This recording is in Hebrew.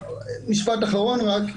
משפט אחרון רק,